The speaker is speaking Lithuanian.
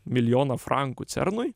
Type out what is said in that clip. milijoną frankų cernui